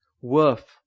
worth